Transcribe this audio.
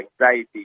anxiety